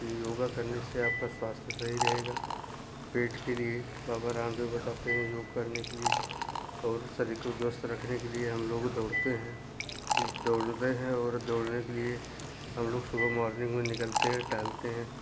योगा करने से आपका स्वास्थ्य सही रहेगा पेट के लिए बाबा रामदेव बताते हैं योग करने के लिए और शरीर को स्वस्थ रखने के लिए हम लोगों दौड़ते है दौड़ने के लिए हम लोग सुबह मॉर्निंग में निकलते हैं टहलते हैं